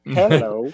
hello